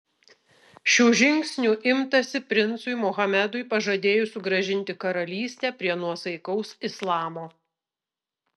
šių žingsnių imtasi princui mohamedui pažadėjus sugrąžinti karalystę prie nuosaikaus islamo